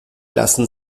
lassen